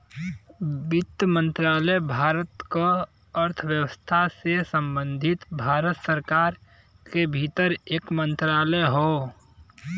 वित्त मंत्रालय भारत क अर्थव्यवस्था से संबंधित भारत सरकार के भीतर एक मंत्रालय हौ